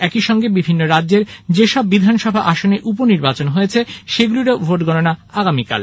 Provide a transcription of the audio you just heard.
একই সঙ্গে বিভিন্ন রাজ্যের যেসব বিধানসভা আসনে উপনির্বাচন হয়েছে সেগুলিরও ভোট গণনা আগামীকাল